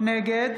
נגד